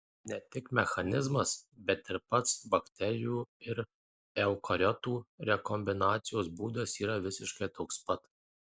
ne tik mechanizmas bet ir pats bakterijų ir eukariotų rekombinacijos būdas yra visiškai toks pat